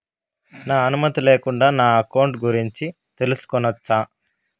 నా అనుమతి లేకుండా నా అకౌంట్ గురించి తెలుసుకొనొచ్చా?